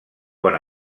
bon